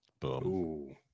Boom